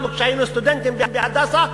אנחנו כשהיינו סטודנטים ב"הדסה",